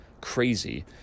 crazy